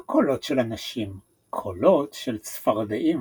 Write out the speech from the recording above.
לא קולות של אנשים — קולות של צפרדעים.